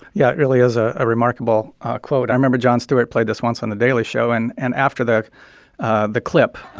yeah, it really is a ah remarkable quote. i remember jon stewart played this once on the daily show. and and after the ah the clip,